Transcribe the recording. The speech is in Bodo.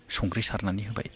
संख्रि सारनानै होबाय